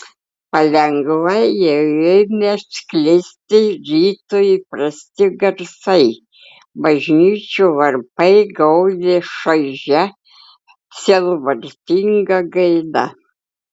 palengva jau ėmė sklisti rytui įprasti garsai bažnyčių varpai gaudė šaižia sielvartinga gaida